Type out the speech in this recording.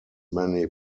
many